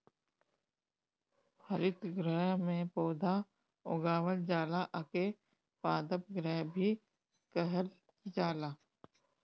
हरितगृह में पौधा उगावल जाला एके पादप गृह भी कहल जाला